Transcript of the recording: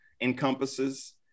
encompasses